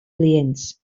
clients